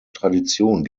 tradition